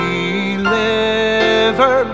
Deliver